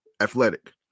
athletic